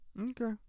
Okay